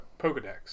Pokedex